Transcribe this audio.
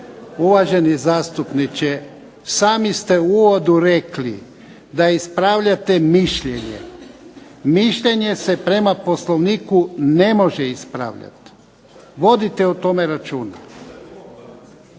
Uvaženi zastupniče, sami ste u uvodu rekli da ispravljate mišljenje. Mišljenje se prema Poslovniku ne može ispravljati. Vodite o tome računa.